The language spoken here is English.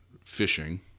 fishing